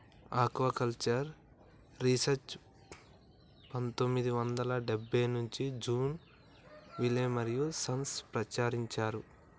aquaculture research పందొమ్మిది వందల డెబ్బై నుంచి జాన్ విలే మరియూ సన్స్ ప్రచురించారు